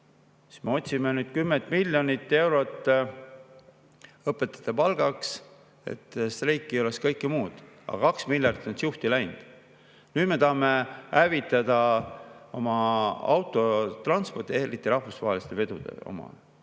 me otsime 10 miljonit eurot õpetajate palgaks, et streiki ei oleks ja kõike muud, aga 2 miljardit on siuhti läinud. Nüüd me tahame hävitada oma autotransporti, eriti rahvusvaheliste vedude oma.